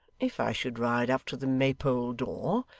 if i should ride up to the maypole door,